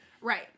right